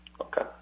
Okay